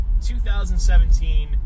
2017